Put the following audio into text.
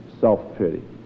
Self-pity